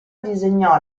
disegnò